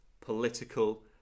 political